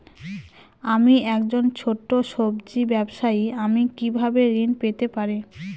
আমি একজন ছোট সব্জি ব্যবসায়ী আমি কিভাবে ঋণ পেতে পারি?